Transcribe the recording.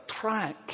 track